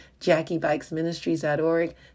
JackieBikesMinistries.org